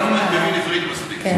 אתה לא מבין עברית מספיק.